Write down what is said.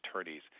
attorneys